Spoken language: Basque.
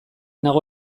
nago